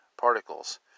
particles